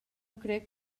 crec